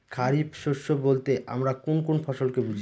খরিফ শস্য বলতে আমরা কোন কোন ফসল কে বুঝি?